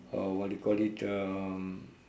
uh what do you call it um